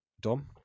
Dom